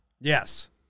Yes